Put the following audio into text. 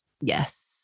Yes